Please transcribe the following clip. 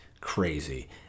crazy